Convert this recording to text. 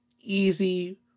easy